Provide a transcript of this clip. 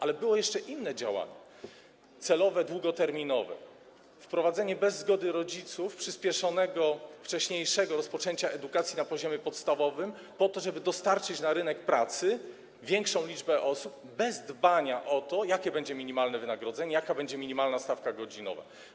Ale było jeszcze inne działanie, celowe, długoterminowe: wprowadzenie bez zgody rodziców przyspieszonego, wcześniejszego rozpoczęcia edukacji na poziomie podstawowym po to, żeby dostarczyć na rynek pracy większą liczbę osób, bez dbania o to, jakie będzie minimalne wynagrodzenie, jaka będzie minimalna stawka godzinowa.